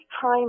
time